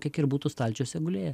kiek ir būtų stalčiuose gulėję